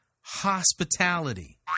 hospitality